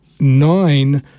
nine